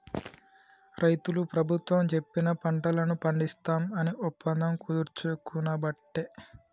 రైతులు ప్రభుత్వం చెప్పిన పంటలను పండిస్తాం అని ఒప్పందం కుదుర్చుకునబట్టే